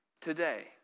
today